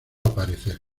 aparecer